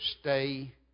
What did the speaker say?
stay